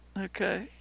Okay